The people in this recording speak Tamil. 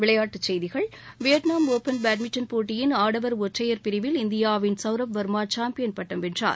விளையாட்டுச் செய்திகள் வியட்நாம் ஒப்பன் பேட்மிண்டன் போட்டியின் ஆடவர் ஒற்றையர் பிரிவில் இந்தியாவின் சவ்ரவ் வர்மா சாம்பியன் பட்டம் வென்றார்